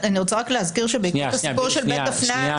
אני רוצה רק להזכיר שבעקבות הסיפור של בית דפנה,